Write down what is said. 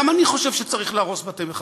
גם אני חושב שצריך להרוס בתי מחבלים,